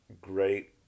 great